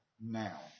now